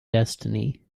destiny